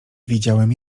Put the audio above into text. widziałem